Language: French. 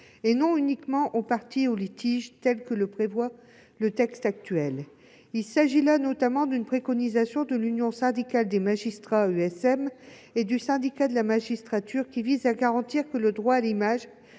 et non uniquement aux parties au litige, comme le prévoit le texte actuel. Il s'agit là notamment d'une préconisation de l'Union syndicale des magistrats (USM) et du Syndicat de la magistrature, qui vise à garantir que le droit à l'image